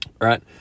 right